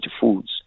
foods